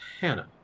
Hannah